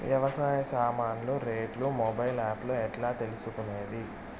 వ్యవసాయ సామాన్లు రేట్లు మొబైల్ ఆప్ లో ఎట్లా తెలుసుకునేది?